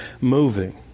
moving